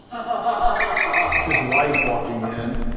ah that's his wife walking in.